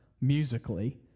musically